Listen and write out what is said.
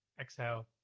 exhale